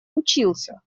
учился